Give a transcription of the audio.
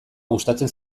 gustatzen